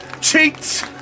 Cheats